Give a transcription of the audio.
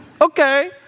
Okay